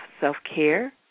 self-care